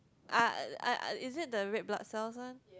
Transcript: ah ah is it the red blood cells one